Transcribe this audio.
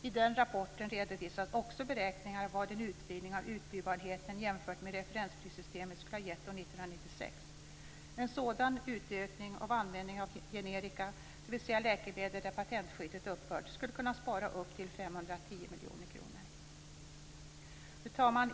I den rapporten redovisas också beräkningar av vad en utvidgning av utbytbarheten skulle ha gett år 1996 jämfört med referensprissystemet. En sådan utökning av användningen av generika, dvs. läkemedel där patentskyddet upphört, skulle kunna spara upp till 510 miljoner kronor. Fru talman!